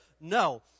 No